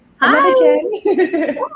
Hi